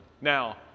Now